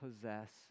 possess